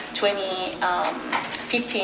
2015